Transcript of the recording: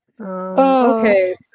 Okay